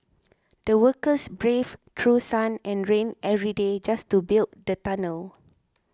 the workers braved through sun and rain every day just to build the tunnel